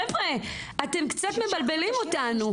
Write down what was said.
חבר'ה, אתם קצת מבלבלים אותנו.